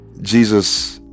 Jesus